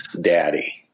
Daddy